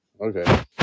Okay